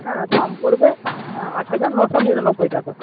হ্যাঁ দাম পড়বে আট হাজার নশো নিরানব্বই টাকা